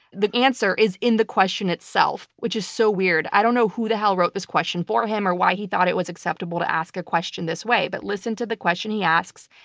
the answer is in the question itself, which is so weird. i don't know who the hell wrote this question for him, or why he thought it was acceptable to ask a question this way, but listen to the question he asks,